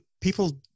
people